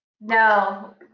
No